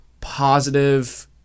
positive